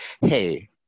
hey